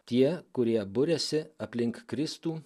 tie kurie buriasi aplink kristų